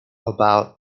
about